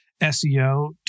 SEO